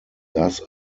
does